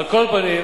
על כל פנים,